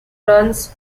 runs